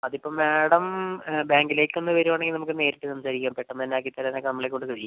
അത് ഇപ്പം മാഡം ബാങ്കിലേക്ക് ഒന്ന് വരുവാണെങ്കിൽ നമുക്ക് നേരിട്ട് സംസാരിക്കാം പെട്ടെന്ന് തന്നെ ആക്കി തരാൻ ഒക്കെ നമ്മളെ കൊണ്ട് കഴിയും